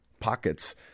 Pockets